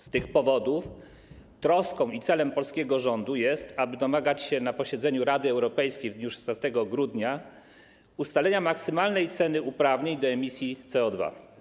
Z tych powodów troską i celem polskiego rządu jest, aby domagać się na posiedzeniu Rady Europejskiej w dniu 16 grudnia ustalenia maksymalnej ceny uprawnień do emisji CO2.